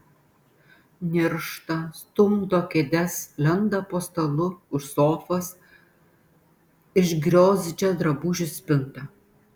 niršta stumdo kėdes lenda po stalu už sofos išgriozdžia drabužių spintą